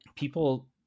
People